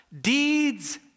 Deeds